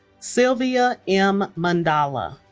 sylvia m. mundala